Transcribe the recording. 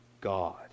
God